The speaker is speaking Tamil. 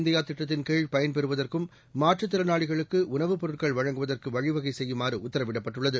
இந்தியாதிட்டத்தின் கீழ் பயன்பெறுவதற்கும் மாற்றுத்திறனாளிகளுக்குஉணவு சுயசார்பு பொருட்கள் வழங்குவதற்குவழிவகைசெய்யுமாறுஉத்தரவிடப்பட்டுள்ளது